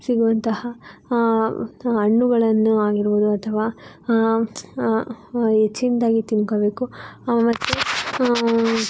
ಸಿಗುವಂತಹ ಹಣ್ಣುಗಳನ್ನು ಆಗಿರ್ಬೋದು ಅಥವಾ ಹೆಚ್ಚಿನದಾಗಿ ತಿಂದ್ಕೋಬೇಕು ಮತ್ತೆ